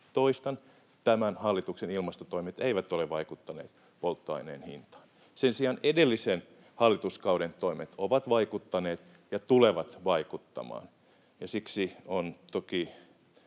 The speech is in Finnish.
tämän hallituksen ilmastotoimet eivät ole vaikuttaneet polttoaineen hintaan. Sen sijaan edellisen hallituskauden toimet ovat vaikuttaneet ja tulevat vaikuttamaan, ja siksi on toki